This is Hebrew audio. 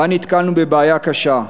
שבה נתקלנו בבעיה קשה.